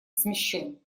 смещён